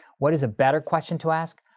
what is a better question to ask?